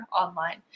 online